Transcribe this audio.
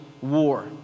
war